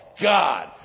God